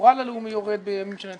המורל הלאומי יורד בימים כאלה.